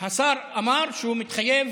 השר אמר שהוא מתחייב